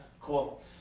Cool